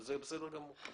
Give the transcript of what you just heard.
זה בסדר גמור.